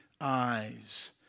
eyes